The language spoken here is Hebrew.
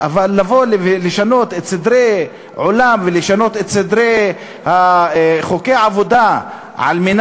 אבל לבוא ולשנות את סדרי העולם ואת חוקי העבודה כדי